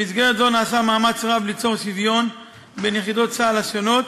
במסגרת זו נעשה מאמץ רב ליצור שוויון בין יחידות צה"ל השונות,